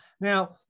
Now